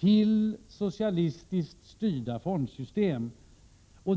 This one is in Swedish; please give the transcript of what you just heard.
till socialistiskt styrda fondsystem.